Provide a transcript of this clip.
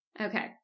Okay